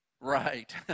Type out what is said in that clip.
Right